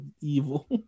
evil